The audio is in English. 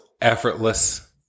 effortless